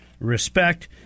respect